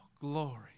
glory